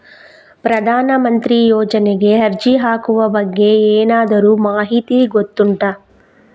ಪ್ರಧಾನ ಮಂತ್ರಿ ಯೋಜನೆಗೆ ಅರ್ಜಿ ಹಾಕುವ ಬಗ್ಗೆ ಏನಾದರೂ ಮಾಹಿತಿ ಗೊತ್ತುಂಟ?